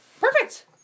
Perfect